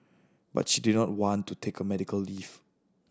but she did not want to take medical leave